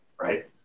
Right